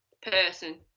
person